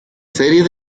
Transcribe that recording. serie